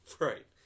Right